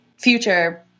future